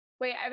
Wait